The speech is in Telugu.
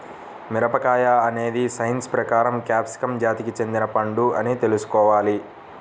మిరపకాయ అనేది సైన్స్ ప్రకారం క్యాప్సికమ్ జాతికి చెందిన పండు అని తెల్సుకోవాలి